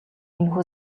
энэхүү